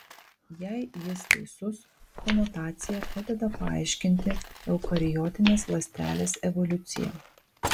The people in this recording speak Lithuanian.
jei jis teisus konotacija padeda paaiškinti eukariotinės ląstelės evoliuciją